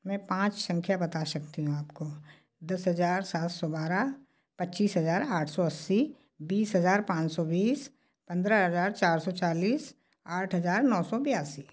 मैं पाँच संख्या बता सकती हूँ आपको दस हज़ार सात सौ बारह पच्चीस हज़ार आठ सौ अस्सी बीस हज़ार पाँच सौ बीस पंद्रह हज़ार चार सौ चालीस आठ हज़ार नौ सौ बयासी